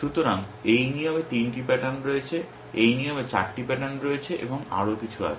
সুতরাং এই নিয়মে 3টি প্যাটার্ন রয়েছে এই নিয়মে 4টি প্যাটার্ন রয়েছে এবং আরও কিছু আছে